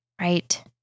right